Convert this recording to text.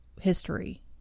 history